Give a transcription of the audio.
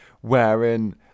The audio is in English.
wherein